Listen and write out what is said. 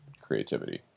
creativity